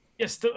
Yes